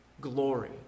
Glory